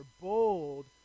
bold